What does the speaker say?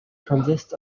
consists